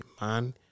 man